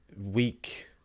weak